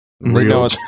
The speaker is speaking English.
Real